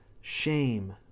shame